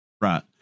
Right